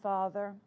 Father